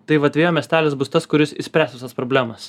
tai vat vėjo miestelis bus tas kuris išspręs visas problemas